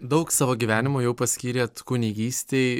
daug savo gyvenimo jau paskyrėt kunigystei